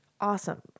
awesome